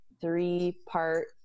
three-part